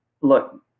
look